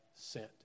sent